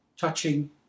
touching